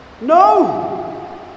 No